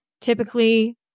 typically